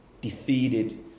defeated